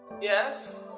yes